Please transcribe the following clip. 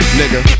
nigga